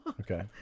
Okay